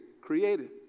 created